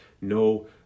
no